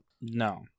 No